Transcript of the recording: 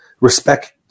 Respect